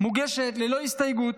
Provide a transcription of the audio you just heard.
מוגשת ללא הסתייגויות,